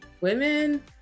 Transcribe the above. women